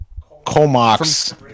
Comox